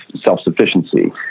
self-sufficiency